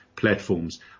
platforms